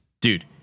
Dude